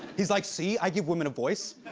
he's like see, i give women a voice.